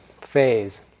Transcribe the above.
phase